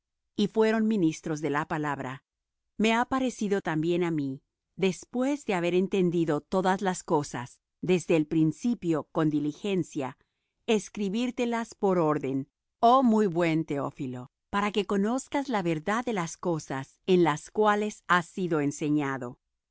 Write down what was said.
y fueron ministros de la palabra me ha parecido también á mí después de haber entendido todas las cosas desde el principio con diligencia escribírtelas por orden oh muy buen teófilo para que conozcas la verdad de las cosas en las cuales has sido enseñado